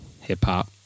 hip-hop